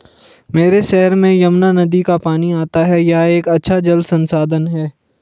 मेरे शहर में यमुना नदी का पानी आता है यह एक अच्छा जल संसाधन है